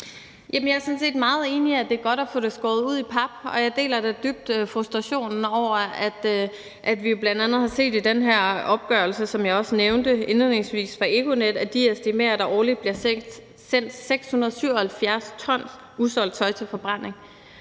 set meget enig i, at det er godt at få det skåret ud i pap, og jeg deler da dybt frustrationen over, at vi bl.a. har set i den her opgørelse, som jeg også nævnte indledningsvis, fra Econet, at de estimerer, at der årligt bliver sendt 677 t usolgt tøj til forbrænding.